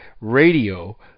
Radio